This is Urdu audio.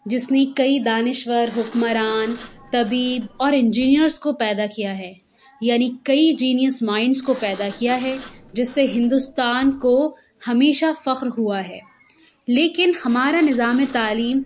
جس میں کئی دانشور حکمران طبیب اور انجینئرس کو پیدا کیا ہے یعنی کئی جینیس مائنڈس کو پیدا کیا ہے جس سے ہندوستان کو ہمیشہ فخر ہوا ہے لیکن ہمارا نظام تعلیم